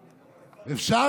אפשר?